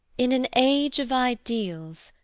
in an age of ideals.